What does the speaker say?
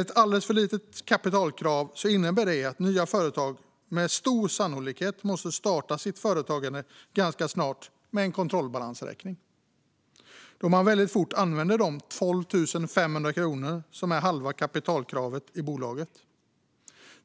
Ett alldeles för litet kapitalkrav innebär att nya företag med stor sannolikhet måste starta sitt företagande ganska snart med en kontrollbalansräkning, då man väldigt fort använder de 12 500 kronor som är halva kapitalkravet i bolaget.